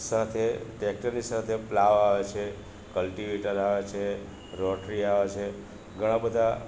સાથે ટેક્ટરની પ્લાવ આવે છે કલ્ટીવેટર આવે છે રોટરી આવે છે ઘણા બધા